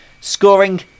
scoring